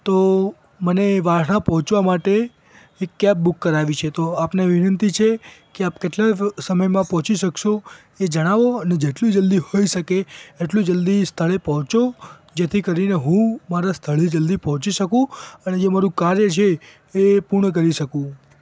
તો મને વાસણા પહોંચવા માટે એક કૅબ બુક કરાવવી છે તો આપને વિનંતી છે કે આપ કેટલા સમયમાં પહોંચી શકશો એ જણાવો અને જેટલું જલ્દી હોઈ શકે એટલું જલ્દી સ્થળે પહોંચો જેથી કરીને હું મારા સ્થળે જલ્દી પહોંચી શકું અને જે મારું કાર્ય છે એ પૂર્ણ કરી શકું